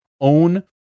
Own